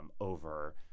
over